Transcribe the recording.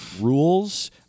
rules